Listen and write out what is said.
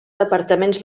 departaments